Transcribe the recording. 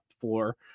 floor